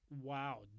wow